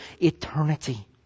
eternity